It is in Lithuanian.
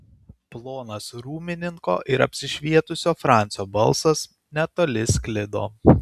plonas rūmininko ir apsišvietusio francio balsas netoli sklido